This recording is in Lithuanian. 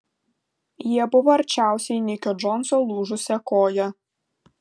jie buvo arčiausiai nikio džonso lūžusia koja